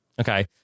Okay